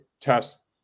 test